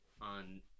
on